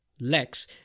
Lex